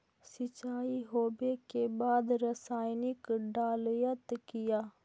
सीचाई हो बे के बाद रसायनिक डालयत किया?